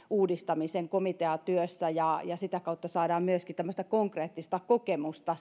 uudistamisen komiteatyössä sitä kautta saadaan myöskin tämmöistä konkreettista kokemusta